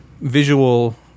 visual